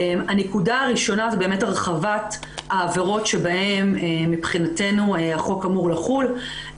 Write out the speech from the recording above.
הנקודה הראשונה זו הרחבת העבירות שבהן מבחינתנו החוק אמור לחול.